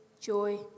joy